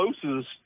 Close's